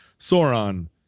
Sauron